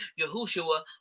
Yahushua